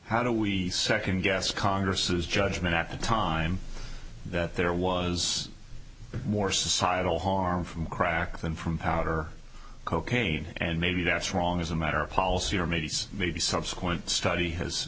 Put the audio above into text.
how do we second guess congress's judgment at the time that there was more societal harm from crack than from powder cocaine and maybe that's wrong as a matter of policy or maybe maybe subsequent study has